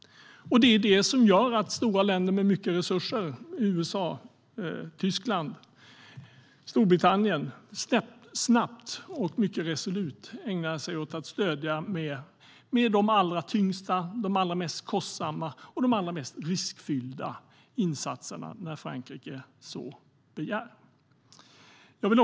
Det är det som gör att stora länder med mycket resurser som USA, Tyskland och Storbritannien snabbt och mycket resolut ägnar sig åt att stödja med de allra tyngsta, de allra mest kostsamma och de allra mest riskfyllda insatserna när Frankrike så begär. Herr talman!